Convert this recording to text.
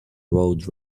road